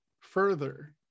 further